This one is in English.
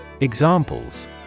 Examples